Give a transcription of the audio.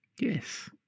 Yes